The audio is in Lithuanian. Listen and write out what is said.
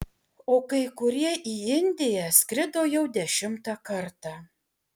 o kai kurie į indiją skrido jau dešimtą kartą